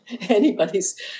anybody's